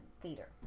theater